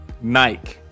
Nike